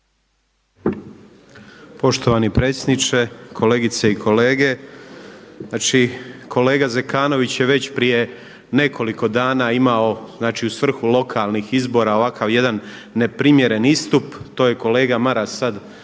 Poštovani predsjedniče, kolegice i kolege. Znači kolega Zekanović je već prije nekoliko dana imao, znači u svrhu lokalnih izbora ovakav jedan neprimjeren istup. To je kolega Maras sa